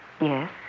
Yes